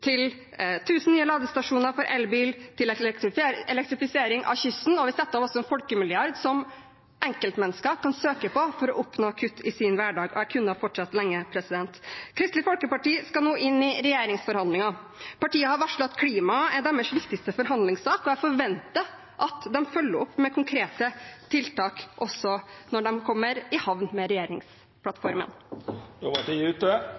1 000 nye ladestasjoner for elbil, til elektrifisering av kysttrafikken. Vi setter også av en folkemilliard som enkeltmennesker kan søke på for å oppnå kutt i sin hverdag. Jeg kunne ha fortsatt lenge. Kristelig Folkeparti skal nå inn i regjeringsforhandlinger. Partiet har varslet at klimaet er deres viktigste forhandlingssak. Jeg forventer at de følger opp med konkrete tiltak – også når de kommer i havn med